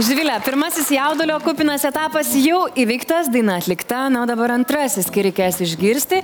živile pirmasis jaudulio kupinas etapas jau įveiktas daina atlikta na o dabar antrasis kai reikės išgirsti